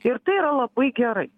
ir tai yra labai gerai